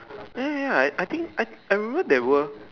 ya ya ya I I think I I remember they were